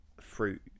fruit